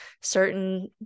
certain